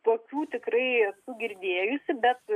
tokių tikrai esu girdėjusi bet